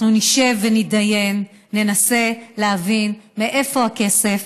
אנחנו נשב ונתדיין וננסה להבין מאיפה הכסף,